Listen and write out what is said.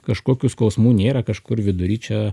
kažkokių skausmų nėra kažkur vidury čia